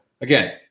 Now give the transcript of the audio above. again